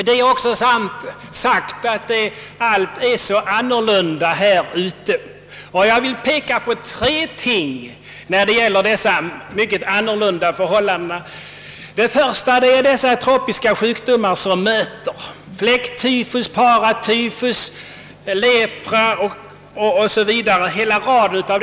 Det har också sagts att allt är så annorlunda där ute. Jag vill peka på tre av dessa mycket annorlunda förhållanden som man möter. För det första är det hela raden av tropiska sjukdomar — fläcktyfus, paratyfus, lepra, malaria 0. sS. Vv.